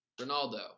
Ronaldo